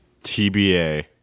TBA